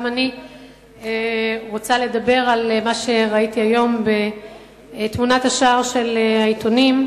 גם אני רוצה לדבר על מה שראיתי היום בתמונת השער של העיתונים,